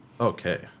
Okay